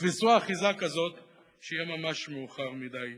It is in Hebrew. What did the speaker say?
כזאת שיהיה ממש מאוחר מדי